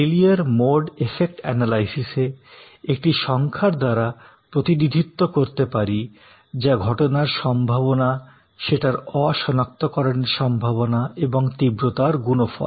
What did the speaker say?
failure mode effect অ্যানালাইসিসে একটি সংখ্যার দ্বারা প্রতিনিধিত্ব করতে পারি যা ঘটনার সম্ভাবনা সেটার অ সনাক্তকরণের সম্ভাবনা এবং তীব্রতার গুণফল